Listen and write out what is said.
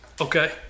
Okay